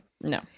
No